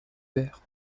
verre